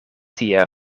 tie